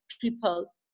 people